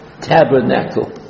tabernacle